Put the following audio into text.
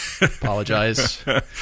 Apologize